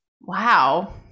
Wow